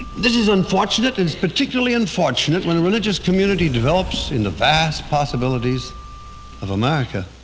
this is unfortunate. and it's particularly unfortunate when a religious community develops in the vast possibilities of america,